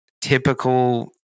typical